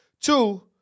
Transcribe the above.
Two